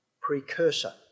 precursor